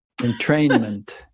Entrainment